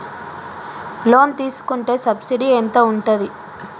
Loan తీసుకుంటే subsidy ఎంత ఉంటది?